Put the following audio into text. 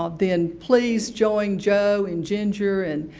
ah then please join joe and ginger and